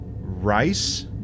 Rice